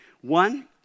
One